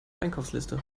einkaufsliste